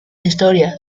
historia